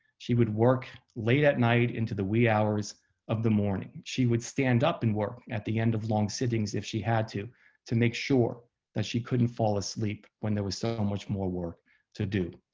she would work late at night into the wee hours of the morning. she would stand up and work at the end of long sittings if she had to to make sure that she couldn't fall asleep when there was so much more work to do.